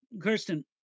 Kirsten